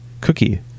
cookie